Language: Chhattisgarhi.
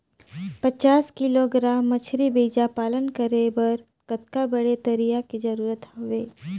पचास किलोग्राम मछरी बीजा पालन करे बर कतका बड़े तरिया के जरूरत हवय?